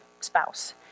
spouse